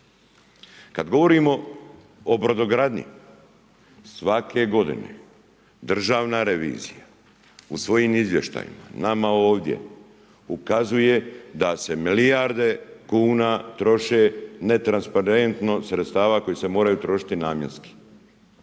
Kad govorimo o brodogradnji, svake godine državna revizija u svojim izvještajima nama ovdje ukazuje da se milijarde kuna troše netransparentno sredstva koja se moraju trošiti namjenski.